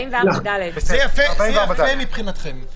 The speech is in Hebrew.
יפה מצדכם.